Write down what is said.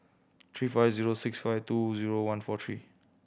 three five zero six five two zero one four three